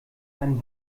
ein